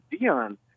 Dion